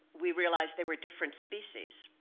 we realized they were different species.